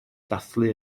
ddathlu